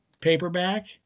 paperback